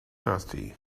thirsty